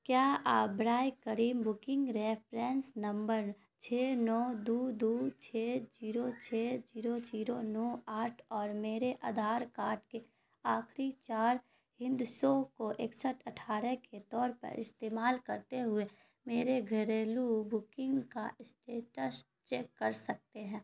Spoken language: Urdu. کیا آپ برائے کرم بکنگ ریفرینس نمبر چھ نو دو دو چھ جیرو چھ جیرو جیرو نو آٹھ اور میرے آدھار کاڈ کے آخری چار ہندسوں کو اکسٹھ اٹھارہ کے طور پر استعمال کرتے ہوئے میرے گھریلو بکنگ کا اسٹیٹس چیک کر سکتے ہیں